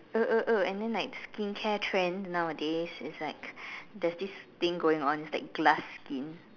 oh oh oh and then like skincare trend nowadays is like there's this thing going on it's like glass skin